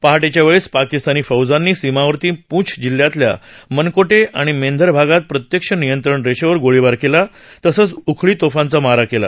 पहाटेच्या वेळेस पाकिस्तानी फौजांनी सीमावर्ती पूँछ जिल्ह्यातल्या मनकोटे आणि मेंधर भागात प्रत्यक्ष नियंत्रण रेषेवर गोळीबार केला तसंच उखळी तोफांचा मारा केला